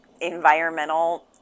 environmental